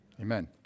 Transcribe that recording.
Amen